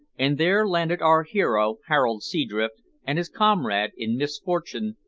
and there landed our hero harold seadrift and his comrade in misfortune,